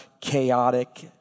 chaotic